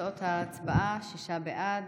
תוצאות ההצבעה: בעד,